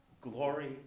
glory